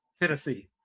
Tennessee